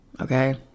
Okay